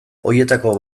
horietako